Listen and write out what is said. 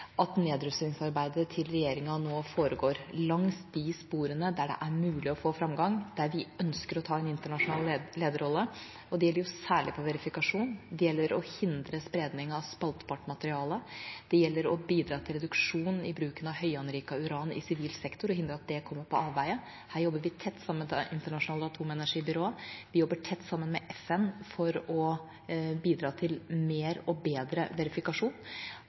at nedrustningsarbeidet til regjeringa nå foregår, langs de sporene der det er mulig å få framgang, der vi ønsker å ta en internasjonal lederrolle, og det gjelder særlig verifikasjon. Det gjelder å hindre spredning av spaltbart materiale. Det gjelder å bidra til reduksjon i bruken av høyanriket uran i sivil sektor og hindre at det kommer på avveier. Her jobber vi tett sammen med Det internasjonale atomenergibyrået. Vi jobber tett sammen med FN for å bidra til mer og bedre verifikasjon.